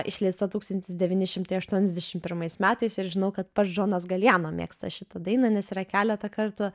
išleista tūkstantis devyni šimtai aštuoniasdešimt pirmais metais ir žinau kad pats džonas galijano mėgsta šitą dainą nes yra keletą kartų